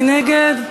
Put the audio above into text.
מי נגד?